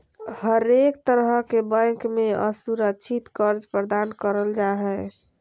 हरेक तरह के बैंक मे असुरक्षित कर्ज प्रदान करल जा हय